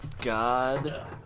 god